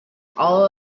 all